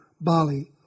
Bali